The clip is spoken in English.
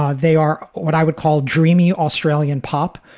ah they are what i would call dreamy australian pop.